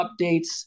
updates